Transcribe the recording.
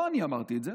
לא אני אמרתי את זה.